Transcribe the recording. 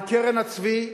על קרן הצבי,